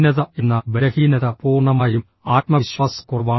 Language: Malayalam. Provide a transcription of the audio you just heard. ഭിന്നത എന്ന ബലഹീനത പൂർണ്ണമായും ആത്മവിശ്വാസക്കുറവാണ്